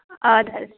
اَدٕ حظ